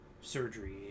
surgery